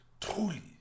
Truly